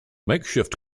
makeshift